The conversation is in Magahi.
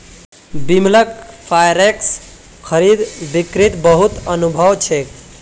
बिमलक फॉरेक्स खरीद बिक्रीत बहुत अनुभव छेक